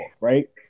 right